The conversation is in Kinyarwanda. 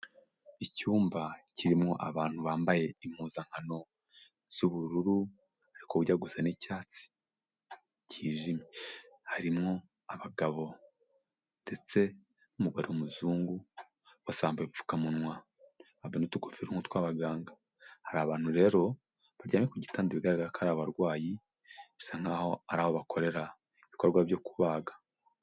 Icyumba kirimo abantu bambaye impuzankano z'ubururu ariko zijya gusa n'icyatsi kijimye. Harimwo abagabo ndetse n'umugore w'umuzungu, bose bambaye udupfukamunwa bambaye n'utugofero nk'utw'abaganga. Hari abantu rero baryamye ku gitanda bigaragara ko ari abarwayi, bisa nkaho ari aho bakorera ibikorwa byo kubaga.